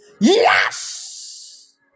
Yes